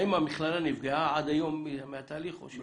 האם המכללה נפגעה עד היום מהתהליך או שלא?